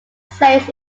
saints